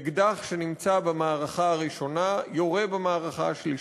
אקדח שנמצא במערכה הראשונה יורה במערכה השלישית.